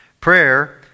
Prayer